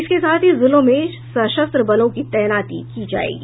इसके साथ ही जिलों में सशस्त्र बलों की तैनाती की जायेगी